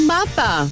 Mappa